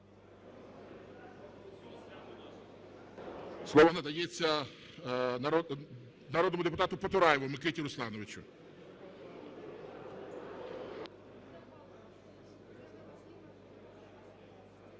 Слово надається народному депутату Потураєву Микиті Руслановичу.